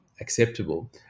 acceptable